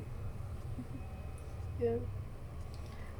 ya